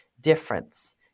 difference